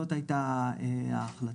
זאת הייתה ההחלטה.